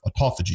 autophagy